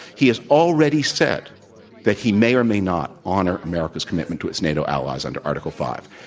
he has already said that he may or may not honor america's commitment to its nato allies under article five.